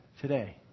today